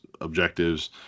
objectives